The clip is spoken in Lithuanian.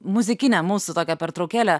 muzikinę mūsų tokią pertraukėlę